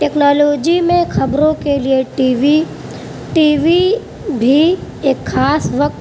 technology میں خبروں کے لئے ٹی وی ٹی وی بھی ایک خاص وقت